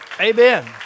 Amen